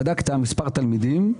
בדקת מספר תלמידים,